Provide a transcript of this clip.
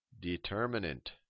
Determinant